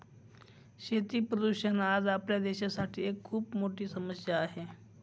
शेती प्रदूषण आज आपल्या देशासाठी एक खूप मोठी समस्या आहे